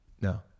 no